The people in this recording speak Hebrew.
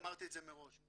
אמרתי את זה מראש,